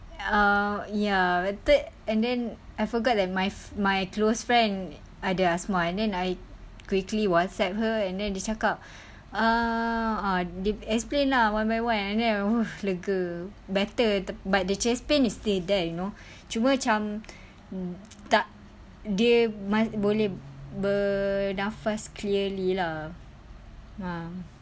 err ya that and then I forgot that my f~ my close friend ada asthma then I quickly Whatsapp her and then dia cakap uh ah dia explain lah one by one and then I !oof! lega better but the chest pain is still there you know cuma macam tak dia masih boleh bernafas clearly lah ah